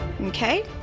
Okay